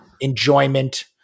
enjoyment